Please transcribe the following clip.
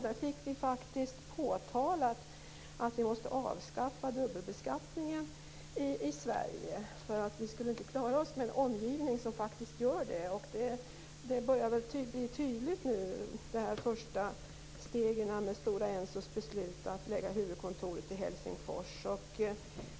Där påtalade man att vi måste avskaffa dubbelbeskattningen i Sverige därför att vi inte skulle klara oss med en omgivning som faktiskt gör det. De första stora stegen börjar bli tydliga nu med Stora Ensos beslut att lägga huvudkontoret i Helsingfors.